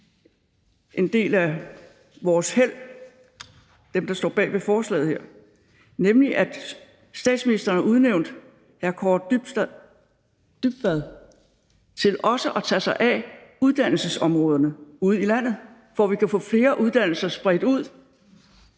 forslaget her, nemlig at statsministeren udnævnte hr. Kaare Dybvad til også at tage sig af uddannelsesområderne ude i landet, for at vi kan få flere uddannelser spredt ud.